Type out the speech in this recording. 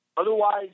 Otherwise